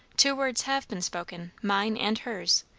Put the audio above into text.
two words have been spoken mine and hers.